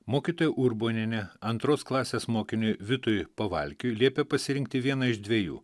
mokytoja urbonienė antros klasės mokiniui vitui pavalkiui liepė pasirinkti vieną iš dviejų